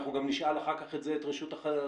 אנחנו גם נשאל את זה אחר כך את רשות החדשנות,